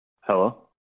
Hello